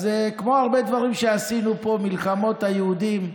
כמו הרבה דברים שעשינו פה, מלחמות יהודים.